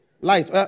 light